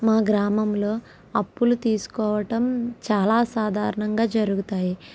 మా గ్రామంలో అప్పులు తీసుకోవటం చాలా సాధారణంగా జరుగుతాయి